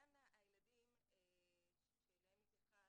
בעניין הילדים שאליהם התייחסת,